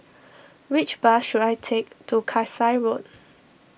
which bus should I take to Kasai Road